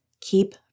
keep